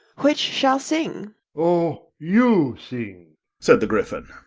which shall sing oh, you sing said the gryphon.